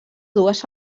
dues